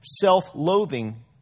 self-loathing